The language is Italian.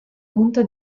punto